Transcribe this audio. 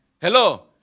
Hello